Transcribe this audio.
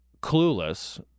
clueless